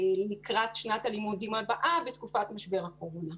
הם החליטו לתקצב רק אזורים סוציו אקונומיים מ-1